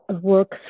work